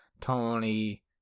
Tony